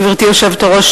גברתי היושבת-ראש,